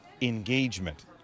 engagement